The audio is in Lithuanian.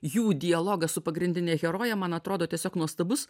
jų dialogą su pagrindine heroje man atrodo tiesiog nuostabus